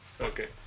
Okay